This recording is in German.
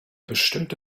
bestimmte